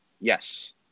yes